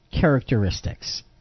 characteristics